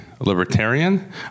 libertarian